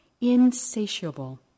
insatiable